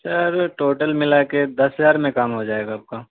سر total ملا کے دس ہزار میں کام ہو جائے گا آپ کا